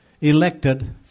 elected